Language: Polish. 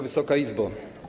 Wysoka Izbo!